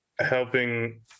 helping